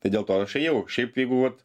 tai dėl to išėjau šiaip jeigu vat